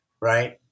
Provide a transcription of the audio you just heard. right